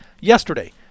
yesterday